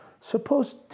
Suppose